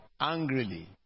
angrily